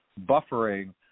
buffering